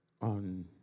on